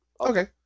Okay